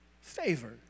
favor